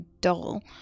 dull